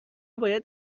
باید